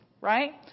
right